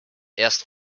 erst